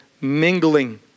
mingling